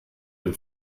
dem